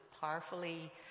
powerfully